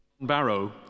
Barrow